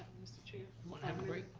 mr. chair? you wanna have a break?